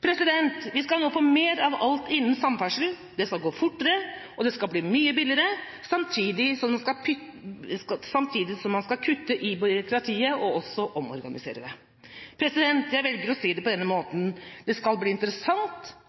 Vi skal nå få mer av alt innen samferdsel, det skal gå fortere, og det skal bli mye billigere, samtidig som man skal kutte i byråkratiet og også omorganisere det. Jeg velger å si det på denne måten: Det skal bli interessant